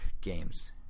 games